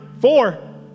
four